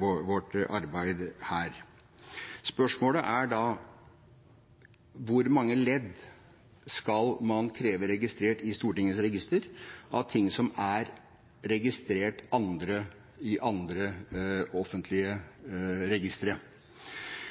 vårt arbeid her. Spørsmålet er da: Hvor mange ledd skal man kreve registrert i Stortingets register av ting som er registrert i andre offentlige registre?